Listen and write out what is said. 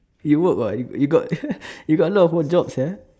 you work [what] you you got you got a lot of odd jobs uh